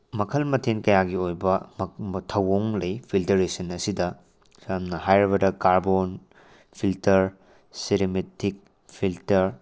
ꯃꯈꯜ ꯃꯊꯦꯜ ꯀꯌꯥꯒꯤ ꯑꯣꯏꯕ ꯊꯧꯑꯣꯡ ꯂꯩ ꯐꯤꯜꯇꯔꯦꯁꯟ ꯑꯁꯤꯗ ꯁꯝꯅ ꯍꯥꯏꯔꯕꯗ ꯀꯥꯔꯕꯣꯟ ꯐꯤꯜꯇꯔ ꯁꯤꯔꯤꯃꯦꯇꯤꯛ ꯐꯤꯜꯇꯔ